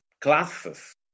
classes